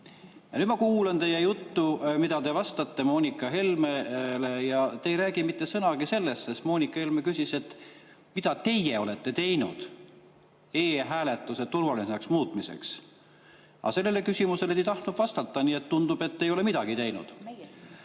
nüüd ma kuulan teie juttu, mida te vastate Moonika Helmele, ja te ei räägi mitte sõnagi sellest. Moonika Helme küsis, mida teie olete teinud e-hääletuse turvalisemaks muutmiseks. Aga sellele küsimusele te ei tahtnud vastata, nii et tundub, et te ei ole midagi teinud.